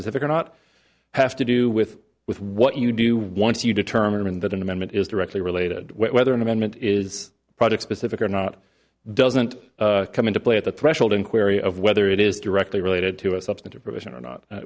or not have to do with with what you do once you determine that an amendment is directly related whether an amendment is products specific or not doesn't come into play at the threshold inquiry of whether it is directly related to a substantive provision or not